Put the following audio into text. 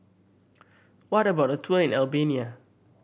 what about a tour in Albania